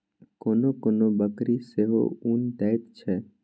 कोनो कोनो बकरी सेहो उन दैत छै